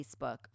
Facebook